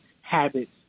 habits